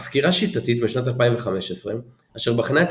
אך סקירה שיטתית משנת 2015 אשר בחנה את